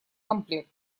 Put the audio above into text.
комплект